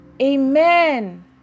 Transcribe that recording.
Amen